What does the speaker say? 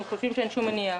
אנחנו חושבים שאין שום מניעה.